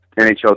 NHL